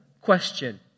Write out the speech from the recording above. question